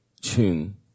tune